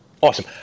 Awesome